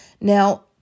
Now